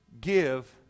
Give